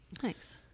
Thanks